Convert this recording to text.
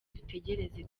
dutegereze